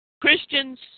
Christians